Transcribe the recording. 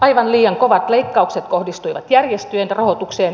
aivan liian kovat leikkaukset kohdistuivat järjestöjen rahoitukseen